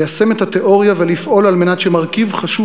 ליישם את התיאוריה ולפעול על מנת שמרכיב חשוב